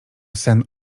sen